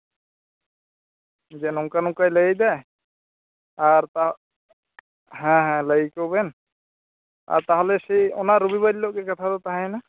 ᱡᱮ ᱱᱚᱝᱟ ᱱᱚᱝᱠᱟᱭ ᱞᱟᱹᱭᱮᱫᱟ ᱟᱨ ᱛᱟᱣ ᱦᱮᱸ ᱦᱮᱸ ᱞᱟᱹᱭᱟᱠᱚ ᱵᱮᱱ ᱟᱨ ᱛᱟᱦᱞᱮ ᱥᱮᱭ ᱚᱱᱟ ᱨᱚᱵᱤ ᱵᱟᱨ ᱦᱤᱞᱳᱜ ᱜᱮ ᱚᱱᱟ ᱠᱟᱛᱷᱟ ᱫᱚ ᱛᱟᱦᱮᱸᱭᱮᱱᱟ